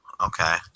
okay